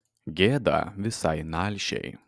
gėda visai nalšiai